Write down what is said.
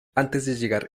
antes